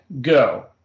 go